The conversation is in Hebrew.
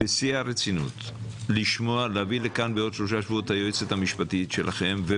בשיא הרצינות להביא לכאן בעוד שלושה שבועות את היועצת המשפטית שלכם.